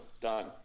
Done